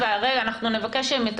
אנחנו נעביר את המסר.